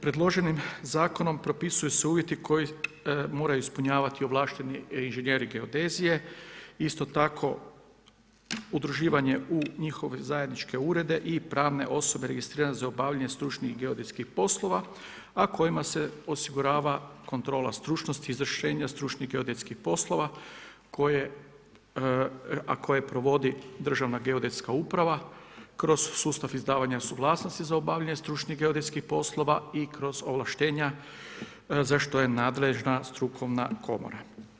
Predloženim zakonom propisuju se uvjeti koji moraju ispunjavati ovlašteni inženjeri geodezije, isto tako udruživanje u njihove zajedničke urede i pravne osobe registrirane za obavljanje stručnih geodetskih poslova, a kojima se osigurava kontrola stručnosti, izvršenja stručnih geodetskih poslova, a koje provodi Državna geodetska uprava kroz sustav izdavanja suglasnosti za obavljanje stručnih geodetskih poslova i kroz ovlaštenja za što je nadležna strukovna komora.